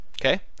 Okay